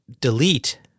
delete